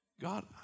God